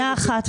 שנייה אחת.